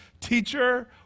teacher